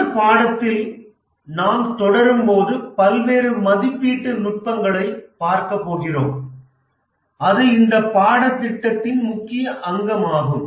இந்த பாடத்திட்டத்தில் நாம் தொடரும்போது பல்வேறு மதிப்பீட்டு நுட்பங்களைப் பார்க்க போகிறோம் அது இந்த பாடத்திட்டத்தின் முக்கிய அங்கமாகும்